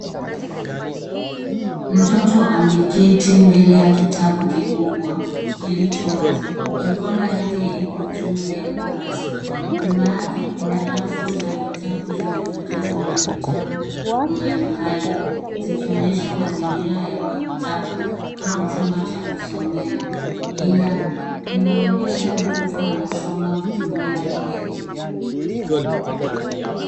Mtoto ameketi mbele ya kitabu kikubwa kilicho wazi. Mikono yake ipo juu ya kurasa. Nyuma yake rafu za vitabu vilivyojazwa na vitabu mbali mbali vikionyesha mazingira ya maktaba au chumba cha kusomea. Inaonyesha mtoto anasoma kutumia brelli.